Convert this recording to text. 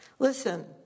Listen